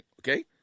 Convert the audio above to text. okay